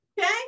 Okay